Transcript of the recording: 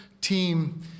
team